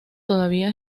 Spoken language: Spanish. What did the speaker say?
todavía